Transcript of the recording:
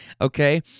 Okay